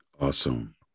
Awesome